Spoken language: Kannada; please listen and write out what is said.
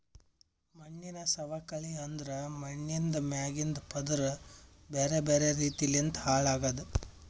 ಮಣ್ಣಿನ ಸವಕಳಿ ಅಂದುರ್ ಮಣ್ಣಿಂದ್ ಮ್ಯಾಗಿಂದ್ ಪದುರ್ ಬ್ಯಾರೆ ಬ್ಯಾರೆ ರೀತಿ ಲಿಂತ್ ಹಾಳ್ ಆಗದ್